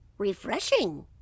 refreshing